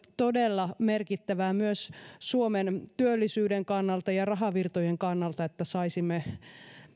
todella merkittävää suomen työllisyyden ja rahavirtojen kannalta että saisimme